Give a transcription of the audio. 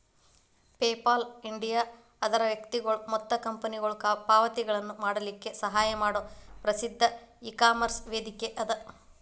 PayPal India ಅದರ್ ವ್ಯಕ್ತಿಗೊಳು ಮತ್ತ ಕಂಪನಿಗೊಳು ಪಾವತಿಗಳನ್ನ ಮಾಡಲಿಕ್ಕೆ ಸಹಾಯ ಮಾಡೊ ಪ್ರಸಿದ್ಧ ಇಕಾಮರ್ಸ್ ವೇದಿಕೆಅದ